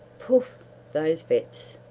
poof those vets!